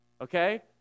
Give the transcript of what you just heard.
okay